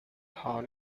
horn